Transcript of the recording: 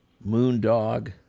Moondog